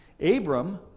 Abram